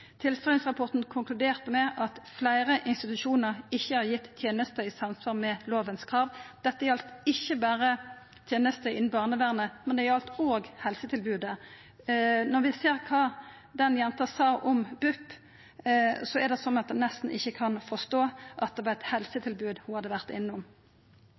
Tilsynsrapporten konkluderte med at fleire institusjonar ikkje har gitt tenester i samsvar med krava i lova. Dette gjaldt ikkje berre tenester innan barnevernet, men òg helsetilbodet. Når vi ser kva den jenta sa om BUP, er det så ein nesten ikkje kan forstå at det var eit helsetilbod ho hadde vore innom.